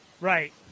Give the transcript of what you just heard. Right